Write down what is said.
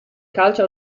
calcio